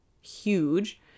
huge